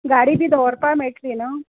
गाडी बी व्हरपाक मेळटली न्हय